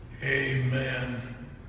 Amen